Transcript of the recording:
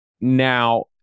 Now